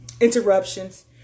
Interruptions